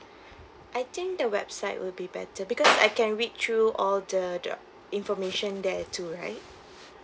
I think the website will be better because I can read through all the the information there too right